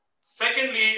Secondly